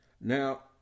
Now